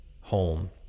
home